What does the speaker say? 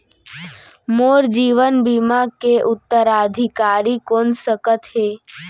मोर जीवन बीमा के उत्तराधिकारी कोन सकत हे?